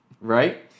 right